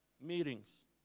Meetings